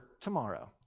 tomorrow